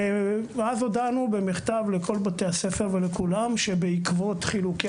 אז הודענו במכתב לכל בתי הספר ולכולם שבעקבות חילוקי